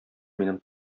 минем